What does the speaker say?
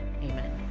amen